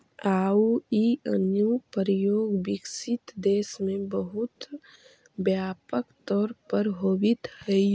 आउ इ अनुप्रयोग विकसित देश में बहुत व्यापक तौर पर होवित हइ